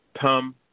Tom